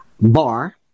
bar